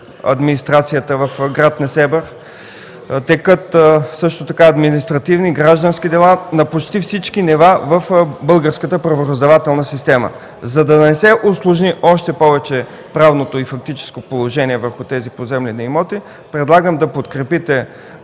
администрацията в гр. Несебър. Също така текат административни и граждански дела на почти всички нива в българската правораздавателна система. За да не се усложни още повече правното и фактическото положение върху тези поземлени имоти, предлагам да подкрепите